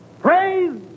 Praise